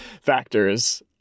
factors